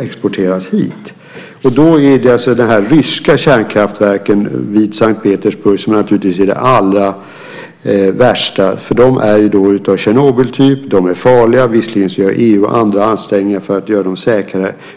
exporteras hit. Då är det de ryska kärnkraftverken vid S:t Petersburg som är det allra värsta eftersom de är av Tjernobyltyp, och de är farliga. Visserligen gör EU och andra ansträngningar för att göra dem säkrare.